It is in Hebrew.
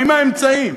עם האמצעים,